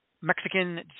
Mexican